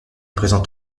présente